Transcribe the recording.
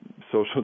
social